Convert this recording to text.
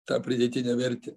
tą pridėtinę vertę